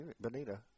Bonita